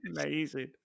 Amazing